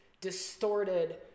distorted